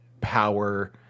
power